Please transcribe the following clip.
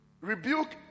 rebuke